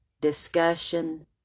discussion